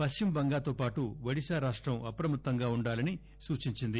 పశ్సిమ్బంగాలో పాటు ఒడిశా రాష్టం అప్రమత్తంగా ఉండాలని సూచించింది